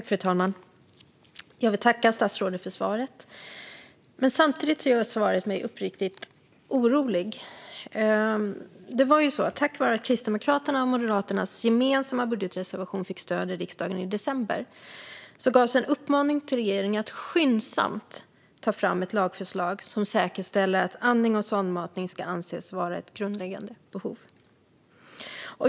Fru talman! Jag vill tacka statsrådet för svaret, men samtidigt gör svaret mig uppriktigt orolig. Tack vare att Kristdemokraternas och Moderaternas gemensamma budgetreservation fick stöd i riksdagen i december gavs en uppmaning till regeringen att skyndsamt ta fram ett lagförslag som säkerställer att andning och sondmatning ska anses vara grundläggande behov.